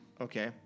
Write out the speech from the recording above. okay